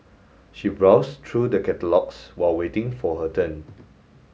she browsed through the catalogues while waiting for her turn